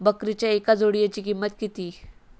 बकरीच्या एका जोडयेची किंमत किती?